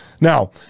Now